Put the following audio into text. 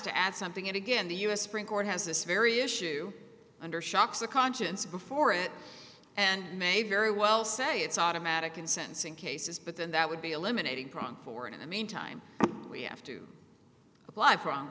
and again the u s supreme court has this very issue under shocks the conscience before it and may very well say it's automatic in sentencing cases but then that would be eliminating pronk for in the meantime we have to apply from